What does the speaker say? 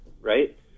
right